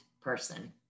person